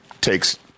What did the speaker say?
takes